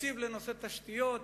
תקציב לנושא התשתיות,